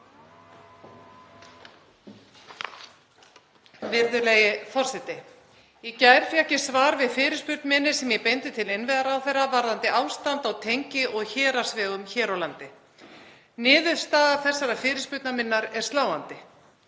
Virðulegi forseti. Í gær fékk ég svar við fyrirspurn sem ég beindi til innviðaráðherra varðandi ástand á tengi- og héraðsvegum hér á landi. Niðurstaða þeirrar fyrirspurnar minnar er sláandi.